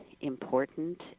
important